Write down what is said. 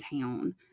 town